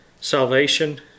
salvation